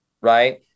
right